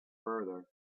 further